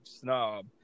snob